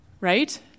Right